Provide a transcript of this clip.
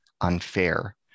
unfair